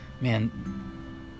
Man